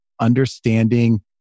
understanding